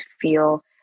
feel